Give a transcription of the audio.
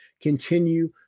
continue